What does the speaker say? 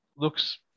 looks